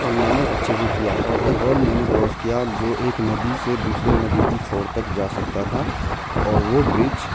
اور میں نے اچھے سے کیا اور ایک اور میں نے کراس کیا جو ایک ندی سے دوسرے ندی کی چھور تک جا سکتا تھا اور وہ برج